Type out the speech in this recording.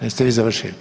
Jeste vi završili?